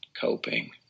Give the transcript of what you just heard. coping